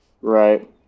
right